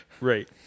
right